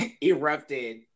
erupted